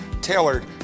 tailored